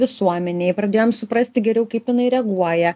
visuomenėj pradėjom suprasti geriau kaip jinai reaguoja